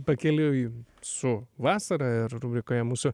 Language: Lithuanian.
pakeliui su vasara ir rubrikoje mūsų